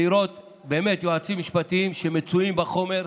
באמת, יועצים משפטיים שמצויים בחומר.